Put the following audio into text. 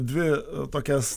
dvi tokias